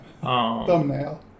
Thumbnail